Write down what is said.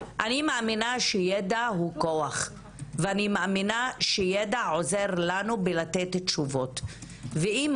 אני מאמינה שידע הוא כוח ואני מאמינה שידע עוזר לנו לתת תשובות ואם